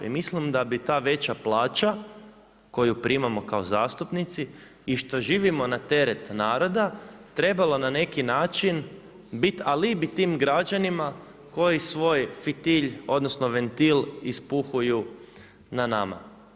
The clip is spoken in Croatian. I mislim da bi ta veća plaća koju primamo kao zastupnici i što živimo na teret naroda trebalo na neki način bit alibi tim građanima koji svoj fitilj, odnosno ventil ispuhuju na nama.